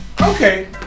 Okay